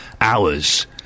hours